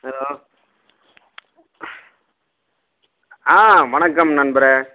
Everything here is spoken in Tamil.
ஹலோ ஆ வணக்கம் நண்பரே